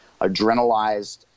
adrenalized